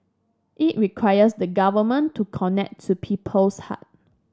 it requires the Government to connect to people's hearts